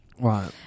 right